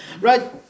right